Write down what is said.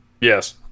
Yes